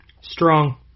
Strong